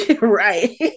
Right